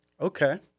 Okay